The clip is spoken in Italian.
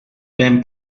ben